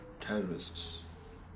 terrorists